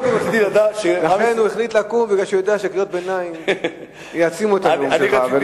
הוא החליט לקום מפני שהוא יודע שקריאות ביניים יעצימו את הנאום שלך.